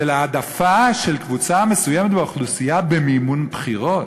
של העדפה של קבוצה מסוימת באוכלוסייה במימון בחירות.